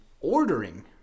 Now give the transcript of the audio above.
ordering